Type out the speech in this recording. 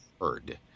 heard